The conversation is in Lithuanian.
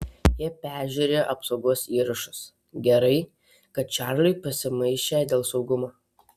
jie peržiūrėjo apsaugos įrašus gerai kad čarliui pasimaišę dėl saugumo